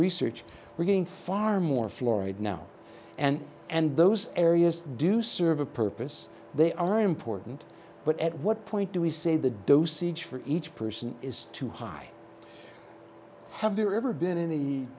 research we're going far more florid now and and those areas do serve a purpose they are important but at what point do we say the dosage for each person is too high have there ever been any